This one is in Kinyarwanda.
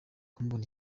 kumubona